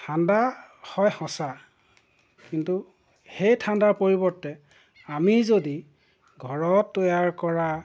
ঠাণ্ডা হয় সঁচা কিন্তু সেই ঠাণ্ডাৰ পৰিৱৰ্তে আমি যদি ঘৰত তৈয়াৰ কৰা